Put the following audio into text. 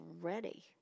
ready